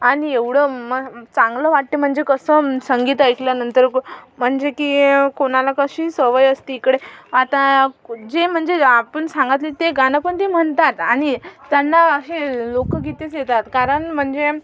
आणि एवढं मग चांगलं वाटते म्हणजे कसं संगीत ऐकल्यानंतर म्हणजे की कुणाला कशी सवय असते इकडे आता जे म्हणजे आपण सांगितले ते गाणंपण ते म्हणतात आणि त्यांना अशी लोकगीतेच येतात कारण म्हणजे